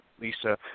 Lisa